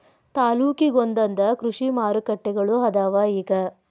ತಾಲ್ಲೂಕಿಗೊಂದೊಂದ ಕೃಷಿ ಮಾರುಕಟ್ಟೆಗಳು ಅದಾವ ಇಗ